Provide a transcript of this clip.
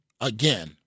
Again